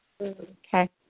Okay